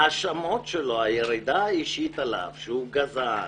ההאשמות עליו, הירידה האישית עליו, שהוא גזען.